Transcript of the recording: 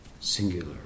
Singular